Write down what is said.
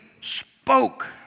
spoke